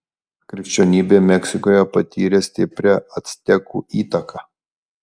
krikščionybė meksikoje patyrė stiprią actekų įtaką